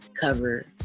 cover